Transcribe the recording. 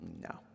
No